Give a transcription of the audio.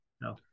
no